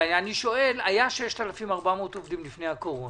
היו 6,400 עובדים לפני הקורונה.